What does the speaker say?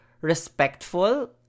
respectful